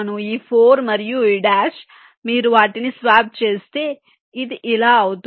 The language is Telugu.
ఈ 4 మరియు ఈ డాష్ మీరు వాటిని స్వాప్ చేస్తే ఇది ఇలా అవుతుంది